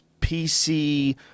PC